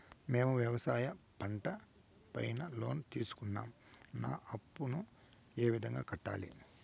మేము వ్యవసాయ పంట పైన లోను తీసుకున్నాం నా అప్పును ఏ విధంగా కట్టాలి